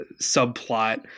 subplot